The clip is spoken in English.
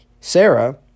sarah